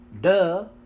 Duh